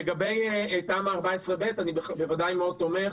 לגבי תמ"א/14/ב, אני בוודאי מאוד תומך.